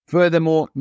Furthermore